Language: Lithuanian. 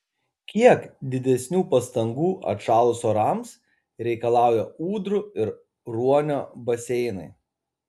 kiek didesnių pastangų atšalus orams reikalauja ūdrų ir ruonio baseinai